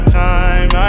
time